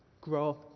grow